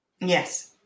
yes